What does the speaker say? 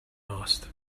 asked